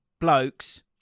blokes